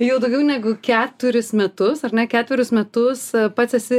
jau daugiau negu keturis metus ar ne ketverius metus pats esi